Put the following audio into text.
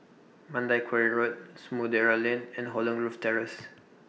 Mandai Quarry Road Samudera Lane and Holland Grove Terrace